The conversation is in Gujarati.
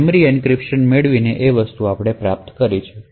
મેમરી એન્ક્રિપ્શન કરીને આ પ્રાપ્ત થાય છે